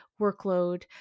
workload